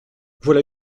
voilà